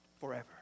forever